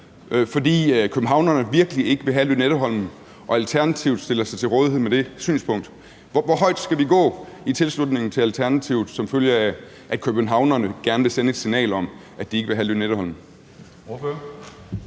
fordi københavnerne virkelig ikke vil have Lynetteholmen og Alternativet stiller sig til rådighed med det synspunkt? Hvor højt skal vi gå i tilslutning til Alternativet, som følge af at københavnerne gerne vil sende et signal om, at de ikke vil have Lynetteholmen?